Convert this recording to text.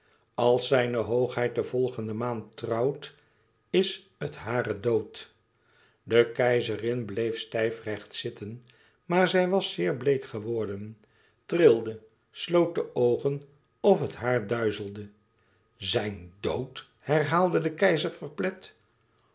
als zijne hoogheid de volgende maand trouwt is het hare dood de keizerin bleef stijfrecht zitten maar zij was zeer bleek geworden rilde sloot de oogen of het haar duizelde zijn dood herhaalde de keizer